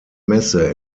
messe